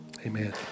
Amen